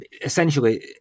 Essentially